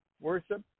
worship